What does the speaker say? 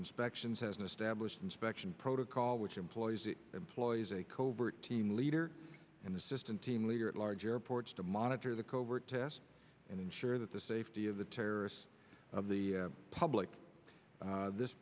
inspections has an established inspection protocol which employs employees a covert team leader and assistant team leader at large airports to monitor the covert tests and ensure that the safety of the terrorists of the public this